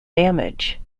damage